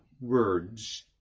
words